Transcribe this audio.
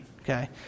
okay